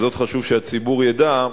וזאת חשוב שהציבור ידע,